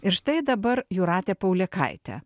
ir štai dabar jūratė paulėkaitė